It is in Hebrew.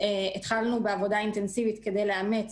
התחלנו בעבודה אינטנסיבית כדי לאמץ,